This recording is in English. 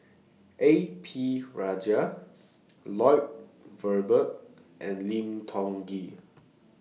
A P Rajah Lloyd Valberg and Lim Tiong Ghee